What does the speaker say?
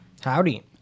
Howdy